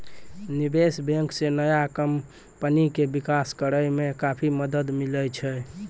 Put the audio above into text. निबेश बेंक से नया कमपनी के बिकास करेय मे काफी मदद मिले छै